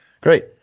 great